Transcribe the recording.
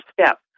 step